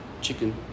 chicken